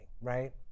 right